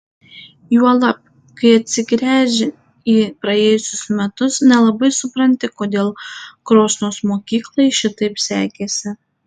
juolab kai atsigręži į praėjusius metus nelabai supranti kodėl krosnos mokyklai šitaip sekėsi